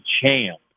champ